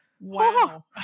wow